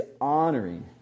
honoring